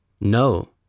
No